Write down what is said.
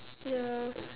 yeah